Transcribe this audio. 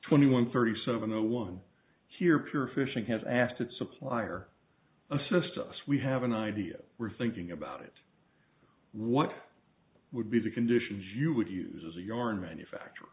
twenty one thirty seven zero one here pure fishing has asked that supplier assist us we have an idea we're thinking about it what would be the conditions you would use as a yarn manufacturer